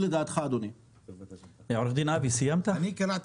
עורך דין אביב סיימת?